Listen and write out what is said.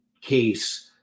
case